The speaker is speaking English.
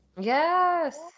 yes